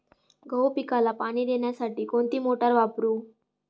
गहू पिकाला पाणी देण्यासाठी कोणती मोटार वापरू?